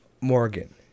Morgan